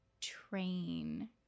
train